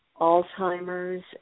Alzheimer's